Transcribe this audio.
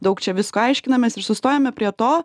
daug čia visko aiškinamės ir sustojome prie to